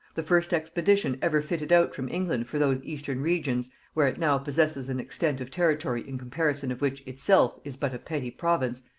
the first expedition ever fitted out from england for those eastern regions, where it now possesses an extent of territory in comparison of which itself is but a petty province,